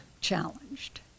challenged